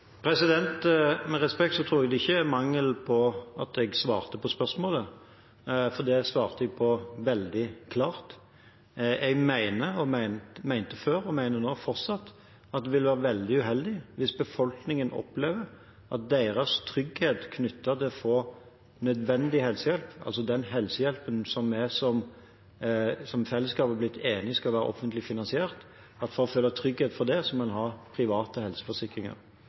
Med respekt: Jeg tror ikke det er mangel på svar på spørsmålet, for det svarte jeg veldig klart på. Jeg mente før og mener fortsatt at det vil være veldig uheldig hvis befolkningen opplever at for å føle trygghet for å få nødvendig helsehjelp, altså den helsehjelpen som vi som fellesskap har blitt enige om skal være offentlig finansiert, må en ha private helseforsikringer. Vi så jo en rekordvekst i private helseforsikringer